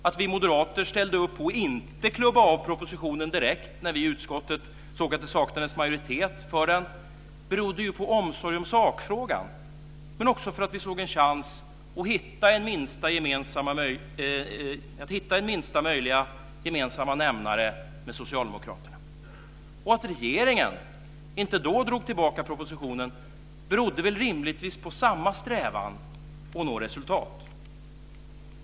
Att vi moderater ställde upp och inte klubbade av propositionen direkt när vi i utskottet såg att det saknades majoritet för den berodde ju på omsorg om sakfrågan, men också på att vi såg en chans att hitta den minsta gemensamma nämnaren med socialdemokraterna. Att regeringen inte då drog tillbaka propositionen berodde väl rimligtvis på samma strävan att nå resultat.